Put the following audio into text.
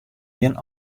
jin